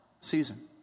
season